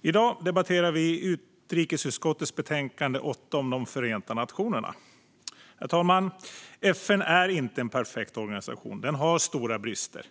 I dag debatterar vi utrikesutskottets betänkande 8 om Förenta nationerna. Herr talman! FN är inte en perfekt organisation utan har stora brister.